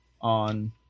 on